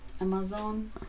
Amazon